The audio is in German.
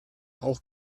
auch